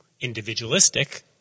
individualistic